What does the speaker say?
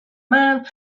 men